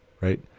right